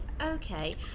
Okay